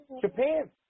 Japan